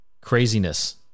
craziness